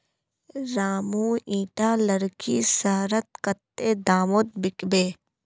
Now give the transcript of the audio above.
रामू इटा लकड़ी शहरत कत्ते दामोत बिकबे